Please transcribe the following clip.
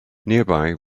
nearby